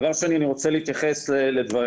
דבר שני, אני רוצה להתייחס לדבריך.